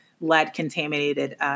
lead-contaminated